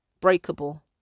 breakable